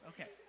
Okay